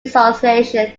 association